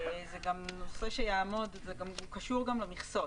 זה גם נושא שיעמוד וקשור גם למכסות.